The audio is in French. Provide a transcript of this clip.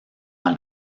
dans